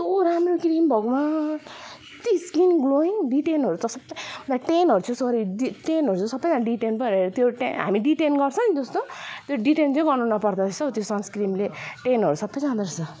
यस्तो राम्रो क्रिम भगवान् यत्ति स्किन ग्लोइङ डिटेनहरू सबै लाइक टेन्टहरू चाहिँ चरो टेन्टहरू चाहिँ सबैजना डिटेन पो अरे त्यो टे हामी डिटेन गर्छ नि जस्तो त्यो डिटेन चाहिँ गर्नु नपर्दो रहेछ हौ त्यो सनस्क्रिनले टेन्टहरू सबै जाँदो रहेछ